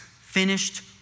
finished